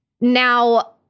Now